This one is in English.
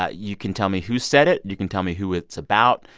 ah you can tell me who said it. you can tell me who it's about.